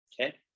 okay